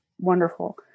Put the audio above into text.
wonderful